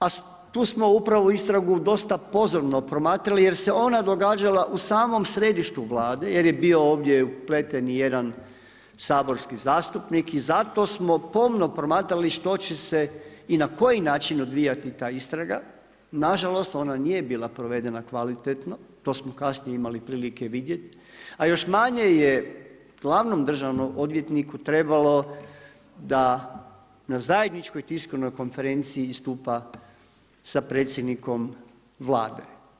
A tu smo upravo istragu dosta pozorno promatrali jer se ona događala u samom središtu Vlade, jer je bio ovdje upleten i jedan saborski zastupnik i zato smo pomno promatrali što će se i na koji način odvijati ta istraga, nažalost ona nije bila provedena kvalitetno, to smo kasnije imali prilike vidjet, a još manje je glavnom državnom odvjetniku trebalo da na zajedničkoj tiskovnoj konferenciji istupa sa predsjednikom Vlade.